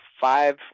five